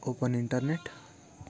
open internet